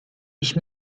ich